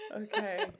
okay